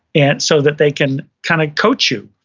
and so that they can kind of coach you.